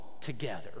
together